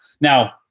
Now